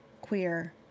queer